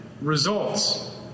results